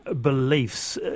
beliefs